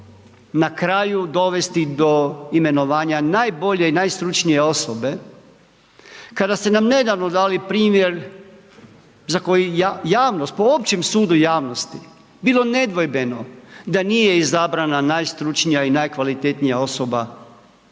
na kraju dovesti do imenovanje najbolje i najstručnije osobe? Kada ste nam nedavno dali primjer, za koji javnost, po općem sudu javnosti, bilo nedvojbeno, da nije izabrana najstručnija i najkvalitetnija osoba